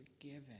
forgiven